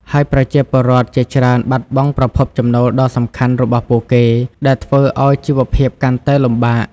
ហើយប្រជាពលរដ្ឋជាច្រើនបាត់បង់ប្រភពចំណូលដ៏សំខាន់របស់ពួកគេ ដែលធ្វើឱ្យជីវភាពកាន់តែលំបាក។